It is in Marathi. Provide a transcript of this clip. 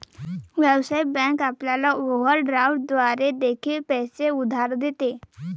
व्यावसायिक बँक आपल्याला ओव्हरड्राफ्ट द्वारे देखील पैसे उधार देते